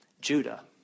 Judah